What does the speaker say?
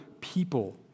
people